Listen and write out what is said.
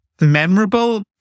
Memorable